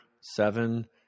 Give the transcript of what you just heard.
seven